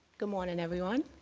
good morning, everyone.